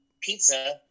pizza